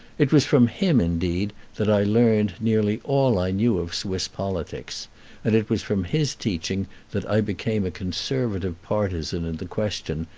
it was from him, indeed, that i learned nearly all i knew of swiss politics, and it was from his teaching that i became a conservative partisan in the question,